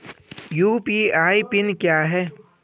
UPI PIN क्या है?